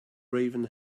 raven